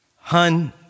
Hun